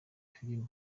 filime